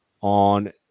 on